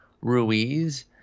Ruiz